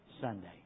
Sunday